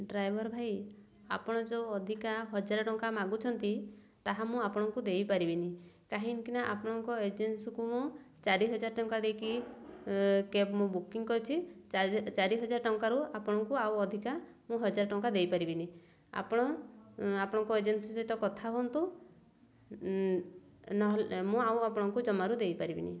driver ଭାଇ ଆପଣ ଯେଉଁ ଅଧିକା ହଜାରେ ଟଙ୍କା ମାଗୁଛନ୍ତି ତାହା ମୁଁ ଆପଣଙ୍କୁ ଦେଇପାରିବିନି କାହିଁକିନା ଆପଣଙ୍କ ଏଜେନ୍ସିକୁ ମୁଁ ଚାରି ହଜାର ଟଙ୍କା ଦେଇକି କ୍ୟାବ୍ ମୁଁ ବୁକିଂ କରିଛି ଚାରି ହଜାର ଟଙ୍କାରୁ ଆପଣଙ୍କୁ ଆଉ ଅଧିକା ମୁଁ ହଜାରେ ଟଙ୍କା ଦେଇପାରିବିନି ଆପଣ ଆପଣଙ୍କ ଏଜେନ୍ସି ସହିତ କଥା ହୁଅନ୍ତୁ ନହେଲେ ମୁଁ ଆଉ ଆପଣଙ୍କୁ ଜମାରୁ ଦେଇପାରିବିନି